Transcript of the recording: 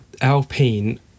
Alpine